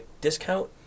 discount